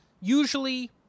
Usually